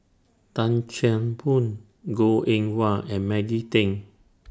Tan Chan Boon Goh Eng Wah and Maggie Teng